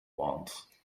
want